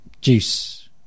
Juice